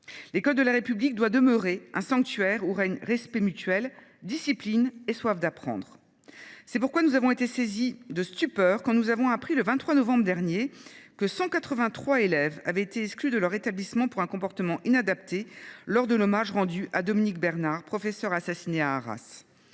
L’école de la République doit demeurer un sanctuaire où règnent respect mutuel, discipline et soif d’apprendre. C’est pourquoi nous avons été saisis de stupeur quand nous avons appris, le 23 novembre dernier, que 183 élèves avaient été exclus de leur établissement pour un comportement inadapté lors de l’hommage rendu à Dominique Bernard, professeur assassiné à Arras.